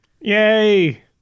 Yay